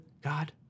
God